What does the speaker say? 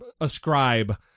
ascribe